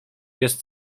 jest